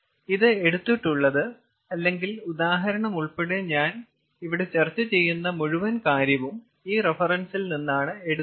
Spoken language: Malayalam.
ഇത് എടുത്തിട്ടുള്ളത് അല്ലെങ്കിൽ ഉദാഹരണം ഉൾപ്പെടെ ഞാൻ ഇവിടെ ചർച്ച ചെയ്യുന്ന മുഴുവൻ കാര്യവും ഈ റഫറൻസിൽ നിന്നാണ് എടുത്തത്